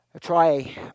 try